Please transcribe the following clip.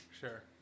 Sure